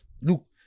Look